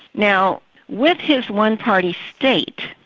now with his one-party state,